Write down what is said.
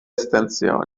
estensioni